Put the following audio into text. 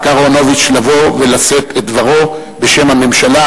אהרונוביץ לבוא ולשאת את דברו בשם הממשלה,